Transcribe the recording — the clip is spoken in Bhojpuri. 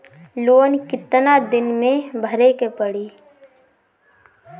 लोन कितना दिन मे भरे के पड़ी?